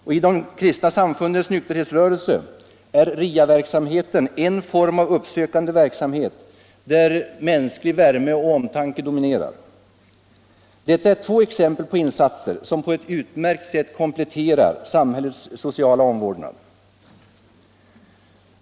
Och i de kristna samfundens nykterhetsrörelse är RIA-verksamheten en form av uppsökande verksamhet, där mänsklig värme och omtanke dominerar. Detta är två exempel på insatser som på ett utmärkt sätt kompletterar samhällets sociala omvårdnad.